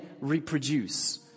reproduce